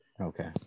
Okay